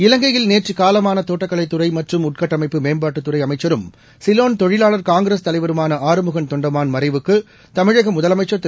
இலங்கையில் நேற்று காலமான தோட்டக்கலைத்துறை மற்றும் உள்கட்டமைப்பு மேம்பாட்டுத்துறை அமைச்சரும் சிலோன் தொழிலாளர் காங்கிரஸ் தலைவருமான ஆறுமுகன் தொண்டமான் மறைவுக்கு தமிழக முதலமைச்சா் திரு